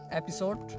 episode